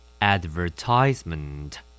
Advertisement